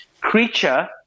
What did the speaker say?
Creature